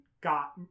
got